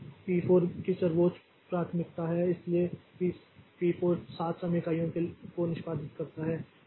तो पी 4 की सर्वोच्च प्राथमिकता है इसलिए पी 4 7 समय इकाइयों को निष्पादित करता है